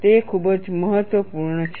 તે ખૂબ જ મહત્વપૂર્ણ છે